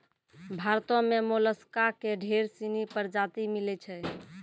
भारतो में मोलसका के ढेर सिनी परजाती मिलै छै